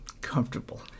comfortable